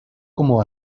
como